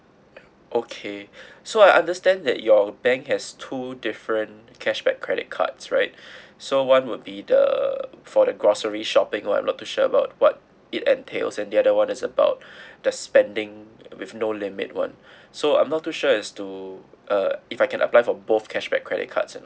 okay so I understand that your bank has two different cashback credit cards right so one would be the for the grocery shopping [one] I'm not too sure about what it entails and the other [one] is about the spending with no limit [one] so I'm not too sure is to uh if I can apply for both cashback credit cards or not